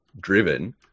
driven